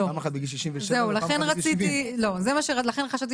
פעם אחת בגיל 67 ופעם אחת בגיל 70. לכן חשבתי